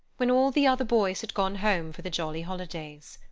when all the other boys had gone home for the jolly holidays.